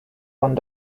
one